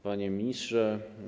Panie Ministrze!